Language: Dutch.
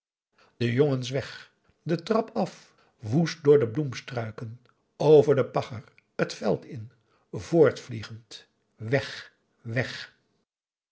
de jongens weg de trap af woest door de bloemstruiken over de pagger het veld in voortvliegend weg weg